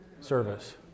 service